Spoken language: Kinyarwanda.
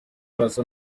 arasa